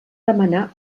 demanar